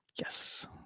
Yes